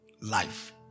Life